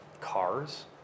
Cars